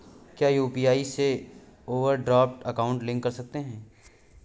क्या यू.पी.आई से overdraft account link कर सकते हैं?